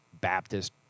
Baptist